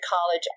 college